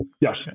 Yes